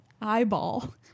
eyeball